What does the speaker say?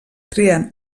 creen